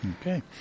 Okay